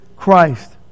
Christ